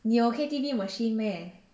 你有 K_T_V machine meh